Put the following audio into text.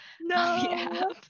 no